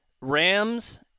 Rams